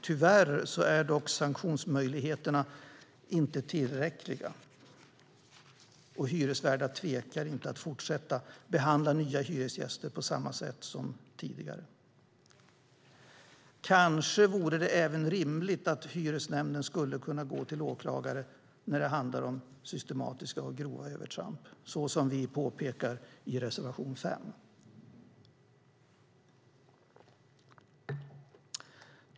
Tyvärr är dock sanktionsmöjligheterna inte tillräckliga, och hyresvärdar tvekar inte att fortsätta att behandla nya hyresgäster på samma sätt som tidigare. Kanske vore det även rimligt att hyresnämnden skulle kunna gå till åklagare när det handlar om systematiska och grova övertramp, såsom vi påpekar i reservation 5.